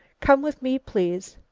come with me, please.